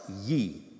ye